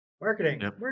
marketing